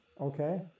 Okay